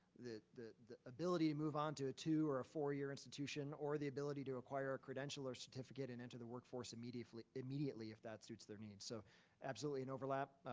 the the ability to move on to a two or a four-year institution or the ability to acquire a credential or certificate and enter the workforce immediately, if that suits their needs. so absolutely an overlap,